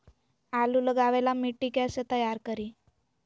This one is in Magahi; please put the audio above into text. आलु लगावे ला मिट्टी कैसे तैयार करी?